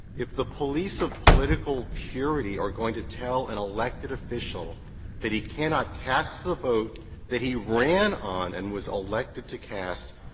if the police of political purity are going to tell an and elected official that he cannot cast the vote that he ran on and was elected to cast,